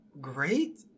great